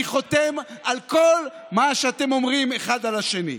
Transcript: אני חותם על כל מה שאתם אומרים אחד על השני.